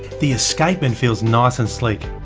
the escapement feels nice and slick.